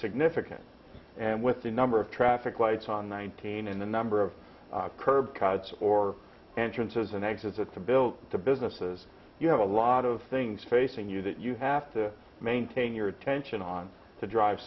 significant and with the number of traffic lights on nineteen and the number of curb cards or entrances and exits are built to businesses you have a lot of things facing you that you have to maintain your attention on to drive